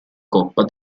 coppa